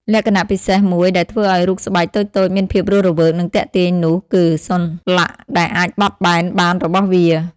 លក្ខណៈពិសេសមួយដែលធ្វើឲ្យរូបស្បែកតូចៗមានភាពរស់រវើក និងទាក់ទាញនោះគឺ សន្លាក់ដែលអាចបត់បែនបានរបស់វា។